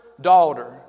daughter